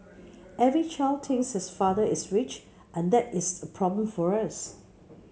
every child thinks his father is rich and that is a problem for us